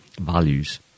values